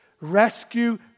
rescue